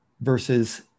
versus